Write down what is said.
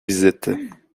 visites